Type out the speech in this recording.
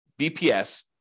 BPS